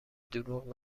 دروغ